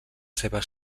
seva